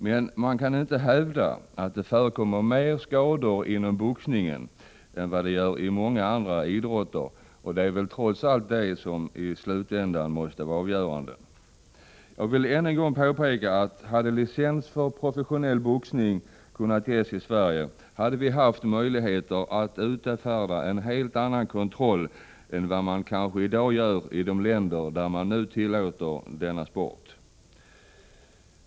Men man kan inte hävda att det förekommer mer skador inom boxningen än vad som är fallet inom många andra idrotter, och det är väl trots allt det som i slutändan måste vara det avgörande. Jag vill än en gång påpeka att om licens för professionell boxning hade kunnat ges i Sverige, skulle vi ha haft möjligheter att utöva en helt annan kontroll än vad som kanske är fallet i de länder där man tillåter denna sportform.